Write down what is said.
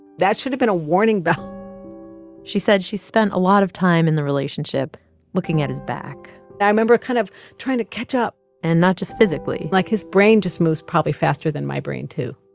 that should have been a warning bell she said she spent a lot of time in the relationship looking at his back i remember kind of trying to catch up and not just physically like, his brain just moves probably faster than my brain, too.